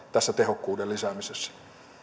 tässä tehokkuuden lisäämisessäkin